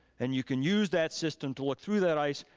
and you can use that system to look through that ice,